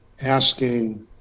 asking